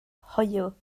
hoyw